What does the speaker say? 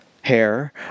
hair